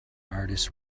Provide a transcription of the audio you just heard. artist